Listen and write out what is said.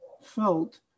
felt